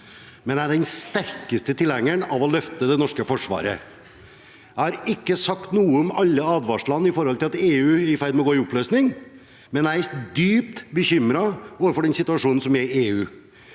jeg er den sterkeste tilhengeren av å løfte det norske forsvaret. Jeg har ikke sagt noe om alle advarslene om at EU er i ferd med å gå i oppløsning, men jeg er dypt bekymret over den situasjonen som er i EU.